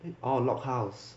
orh log house